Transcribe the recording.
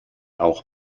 auch